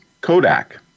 Kodak